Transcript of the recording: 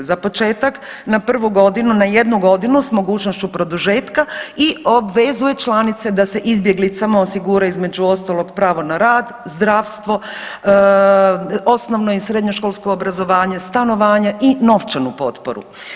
Za početak na prvu godinu, na jednu godinu s mogućnošću produžetka i obvezuje članice da se izbjeglicama osigura između ostalog pravo na rad, zdravstvo, osnovno i srednjoškolsko obrazovanje, stanovanje i novčanu potporu.